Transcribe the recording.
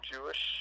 Jewish